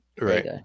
right